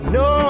no